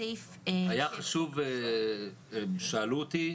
שאלו אותי,